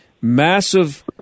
massive